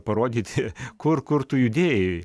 parodyti kur kur tu judėjai